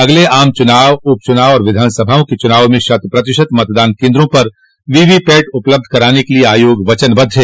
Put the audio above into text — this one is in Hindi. अगले आम चुनाव उप चुनाव और विधानसभाओं के चुनाव में शत प्रतिशत मतदान केन्द्रों पर वीवीपैट उपलब्ध कराने के लिए आयोग वचनबद्ध है